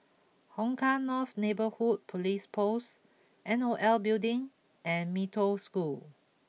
Hong Kah North Neighbourhood Police Post N O L Building and Mee Toh School